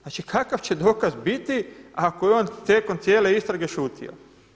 Znači kakav će dokaz biti ako je on tijekom cijele istrage šutio?